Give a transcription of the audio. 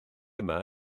yma